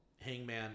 Hangman